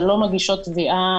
שלא מגישות תביעה,